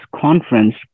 conference